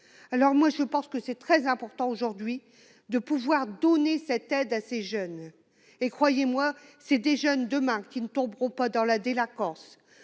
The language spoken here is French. alors moi je pense que c'est très important aujourd'hui de pouvoir donner cette aide à ces jeunes et croyez moi c'est des jeunes demain qui ne tomberont pas dans la délinquance